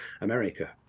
America